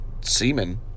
semen